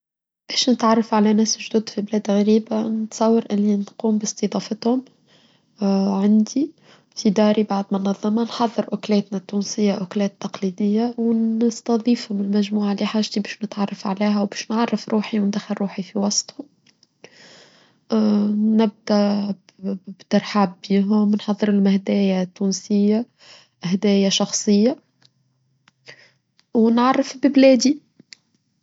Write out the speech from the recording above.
بيش نتعرف على الناس الجدد في بلاد غريبة نتصور أني نقوم باستضافتهم عندي في داري بعد ما نظلمها نحضر أكلاتنا التونسية أو أكلات تقليدية ونستضيفهم المجموعة لحاجتي باش نتعرف عليها وباش نعرف روحي وندخل روحي في وسطهم. نبدأ بترحابيهم نحضر لهم هدايا تونسية هدايا شخصية ونعرف ببلادي.